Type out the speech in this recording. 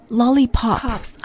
lollipop